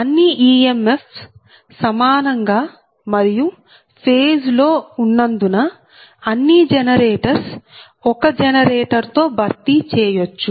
అన్ని ఈఎంఎఫ్స్ సమానంగా మరియు ఫేజ్ లో ఉన్నందున అన్ని జనరేటర్స్ ఒక జనరేటర్ తో భర్తీ చేయచ్చు